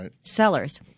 sellers